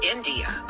India